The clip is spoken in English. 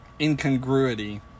incongruity